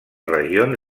regions